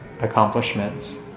accomplishments